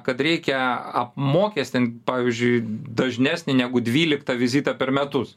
kad reikia apmokestint pavyzdžiui dažnesnį negu dvyliktą vizitą per metus